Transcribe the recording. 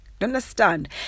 understand